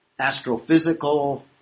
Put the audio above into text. astrophysical